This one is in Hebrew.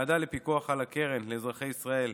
בוועדה לפיקוח על הקרן לאזרחי ישראל,